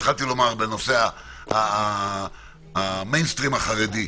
התחלתי לומר בנושא המיינסטרים החרדי.